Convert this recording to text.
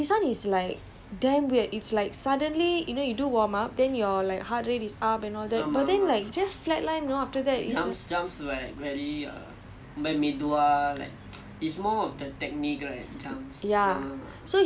err okay you do warm up then you spike up then you go do sprints already so this one is like damn weird it's like suddenly you know you do warm up then your heart rate is up and all that but then just flatline know after that is